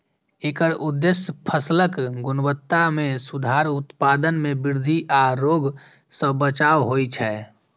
एकर उद्देश्य फसलक गुणवत्ता मे सुधार, उत्पादन मे वृद्धि आ रोग सं बचाव होइ छै